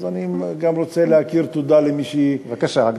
אז אני גם רוצה להכיר תודה למי שהתחילה